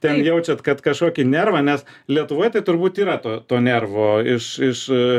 ten jaučiat kad kažkokį nervą nes lietuvoj tai turbūt yra to to nervo iš iš